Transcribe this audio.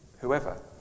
whoever